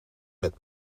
met